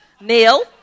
Neil